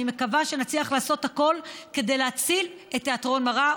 אני מקווה שנצליח לעשות הכול כדי להציל את תיאטרון מראה.